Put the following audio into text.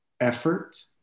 effort